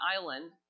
island